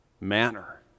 manner